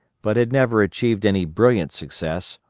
but had never achieved any brilliant success,